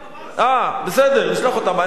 אה, בסדר, נשלח אותם.